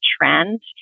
trend